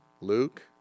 Luke